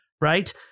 Right